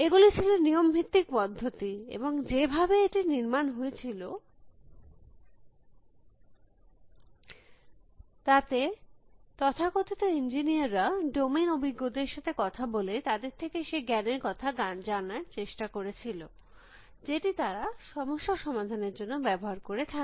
এগুলি ছিল নিয়ম ভিত্তিক পদ্ধতি এবং যে ভাবে এটির নির্মাণ হয়েছিল তাতে তথাকথিত ইঞ্জিনিয়ার রা ডোমেইন অভিজ্ঞ দের সাথে কথা বলে তাদের থেকে সেই জ্ঞানের কথা জানার চেষ্টা করেছিল যেটি তারা সমস্যা সমাধানের জন্য ব্যবহার করে থাকে